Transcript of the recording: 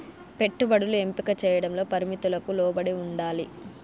పెట్టుబడులు ఎంపిక చేయడంలో పరిమితులకు లోబడి ఉండాలి